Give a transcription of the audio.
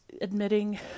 Admitting